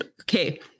okay